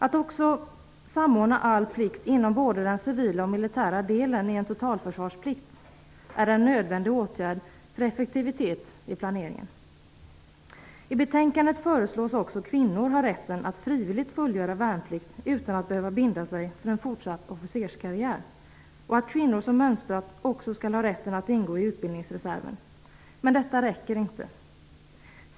Att också att samordna all plikt inom både den civila och militära delen i en totalförsvarsplikt är en nödvändig åtgärd för effektivitet i planeringen. I betänkandet föreslås också att kvinnor skall ha rätt att frivilligt fullgöra värnplikt utan att behöva binda sig för en fortsatt officerskarriär. Kvinnor som mönstrat skall också ha rätt att ingå i utbildningreserven. Men detta räcker inte.